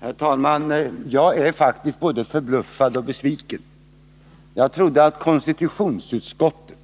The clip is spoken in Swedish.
Herr talman! Jag är faktiskt både förbluffad och besviken. Jag trodde att man i konstitutionsutskottet